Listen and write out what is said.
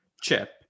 chip